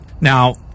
Now